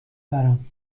برم